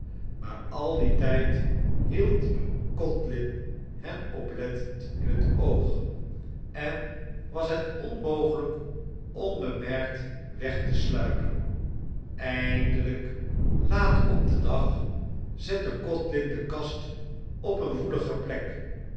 maar al dien tijd hield codlin hen oplettend in het oog en was het onmogelijk onbemerkt weg te sluipen eindelijk laat op den dag zette codlin de kast op eene woelige plek